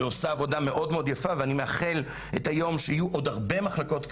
שעושה עבודה מאוד יפה ואני מייחל ליום שיהיו עוד הרבה מחלקות כאלה,